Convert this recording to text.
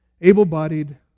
able-bodied